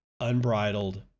unbridled